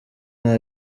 nta